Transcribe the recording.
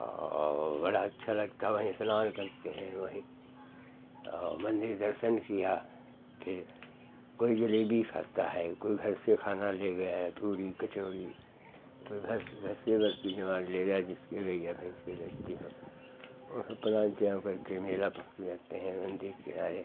और बड़ा अच्छा लगता है वहीं स्नान करते हैं वहीं और मन्दिर दर्शन किया फिर कोई जलेबी खाता है कोई घर से खाना ले गया है पूड़ी कचौड़ी कोई घर से घर से बर्फी सामान ले गया जिसके गइया भैंसी लगती हों वो सब अपना ज्यों करके मेला पहुँच जाते हैं मन्दिर किनारे